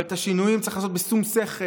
אבל את השינויים צריך לעשות בשום שכל,